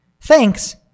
Thanks